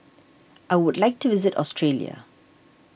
I would like to visit Australia